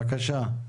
בבקשה.